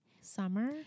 Summer